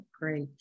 great